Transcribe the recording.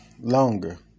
longer